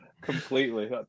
completely